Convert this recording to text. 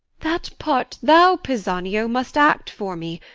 that part thou, pisanio, must act for me,